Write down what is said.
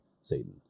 Satan